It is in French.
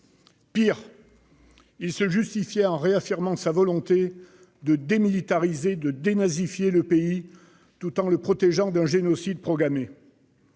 Pis, il se justifiait en réaffirmant sa volonté de « démilitariser » et de « dénazifier » le pays, tout en le protégeant d'un « génocide » programmé